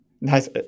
Nice